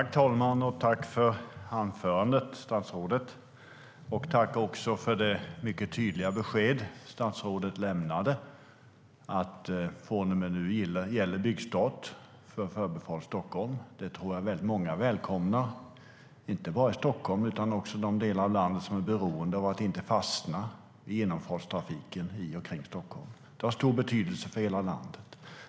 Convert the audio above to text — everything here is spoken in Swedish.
Talman! Tack för anförandet, statsrådet, och tack också för det mycket tydliga besked som statsrådet lämnade: Från och med nu gäller byggstart för Förbifart Stockholm. Det tror jag att väldigt många välkomnar, inte bara i Stockholm utan också i de delar av landet som är beroende av att inte fastna i genomfartstrafiken i och kring Stockholm. Det har stor betydelse för hela landet.